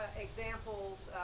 examples